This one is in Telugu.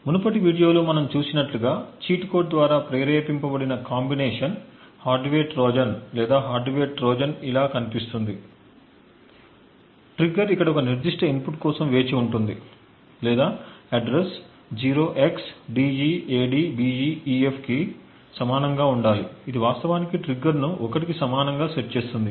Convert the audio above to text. మునుపటి వీడియోలో మనం చూసినట్లుగా చీట్ కోడ్ ద్వారా ప్రేరేపించబడిన కాంబినేషనల్ హార్డ్వేర్ ట్రోజన్ లేదా హార్డ్వేర్ ట్రోజన్ ఇలా కనిపిస్తుంది ట్రిగ్గర్ ఇక్కడ ఒక నిర్దిష్ట ఇన్పుట్ కోసం వేచి ఉంటుంది లేదా అడ్రస్ 0xDEADBEEF కి సమానంగా ఉండాలి ఇది వాస్తవానికి ట్రిగ్గర్ను 1 కి సమానంగా సెట్ చేస్తుంది